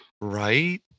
right